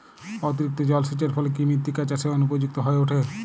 অতিরিক্ত জলসেচের ফলে কি মৃত্তিকা চাষের অনুপযুক্ত হয়ে ওঠে?